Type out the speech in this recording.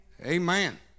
Amen